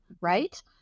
right